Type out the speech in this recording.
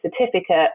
certificate